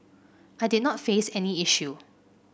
I did not face any issue